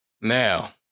now